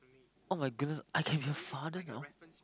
[oh]-my-goodness I can be a father now